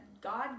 God